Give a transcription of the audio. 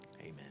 Amen